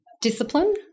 Discipline